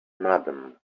madam